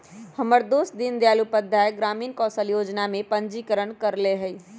हमर दोस दीनदयाल उपाध्याय ग्रामीण कौशल जोजना में पंजीकरण करएले हइ